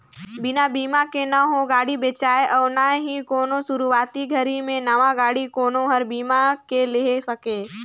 बिना बिमा के न हो गाड़ी बेचाय अउ ना ही कोनो सुरूवाती घरी मे नवा गाडी कोनो हर बीमा के लेहे सके